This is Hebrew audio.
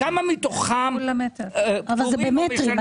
כמה מתוכם משלמים --- אבל זה במטרים.